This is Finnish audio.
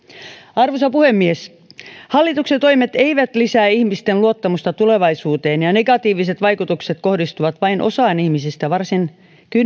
arvoisa puhemies hallituksen toimet eivät lisää ihmisten luottamusta tulevaisuuteen ja negatiiviset vaikutukset kohdistuvat vain osaan ihmisistä varsin